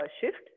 shift